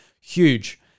huge